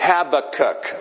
Habakkuk